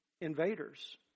invaders